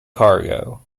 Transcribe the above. cargo